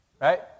right